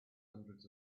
hundreds